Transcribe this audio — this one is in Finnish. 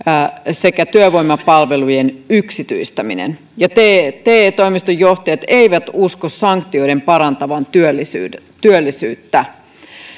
sekä työvoimapalvelujen yksityistäminen te toimistojen johtajat eivät usko sanktioiden parantavan työllisyyttä